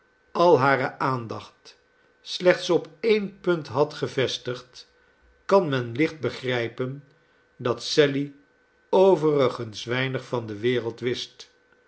al hare aandacht slechts op een punt had gevestigd kan men licht begrijpen dat sally overigens weinig van de wereld wist